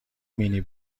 مینی